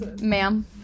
ma'am